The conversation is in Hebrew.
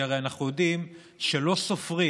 כי הרי אנחנו יודעים שלא סופרים